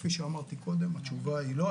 כפי שאמרתי קודם, התשובה היא לא.